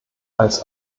als